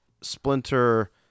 Splinter